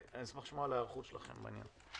אני אשמח לשמוע על ההיערכות שלכם בעניין.